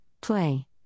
Play